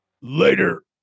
Later